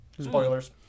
spoilers